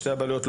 בשתי הבעלויות?